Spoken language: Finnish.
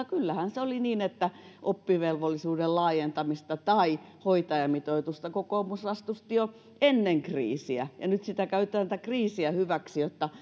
kyllähän se oli niin että oppivelvollisuuden laajentamista tai hoitajamitoitusta kokoomus vastusti jo ennen kriisiä ja nyt käytetään tätä kriisiä hyväksi jotta